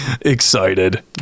Excited